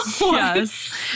yes